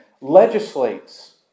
legislates